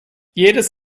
jedes